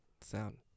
sound